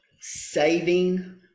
saving